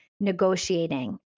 negotiating